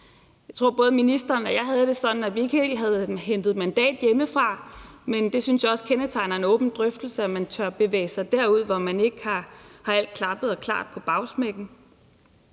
Jeg tror, at både ministeren og jeg havde det sådan, at vi ikke helt havde hentet mandat hjemmefra, men det synes jeg også kendetegner en åben drøftelse, altså at man tør bevæge sig derud, hvor man ikke har alt klappet og klart på bagsmækken.